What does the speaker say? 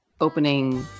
opening